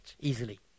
easily